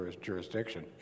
jurisdiction